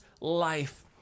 life